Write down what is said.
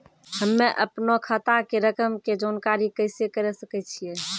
हम्मे अपनो खाता के रकम के जानकारी कैसे करे सकय छियै?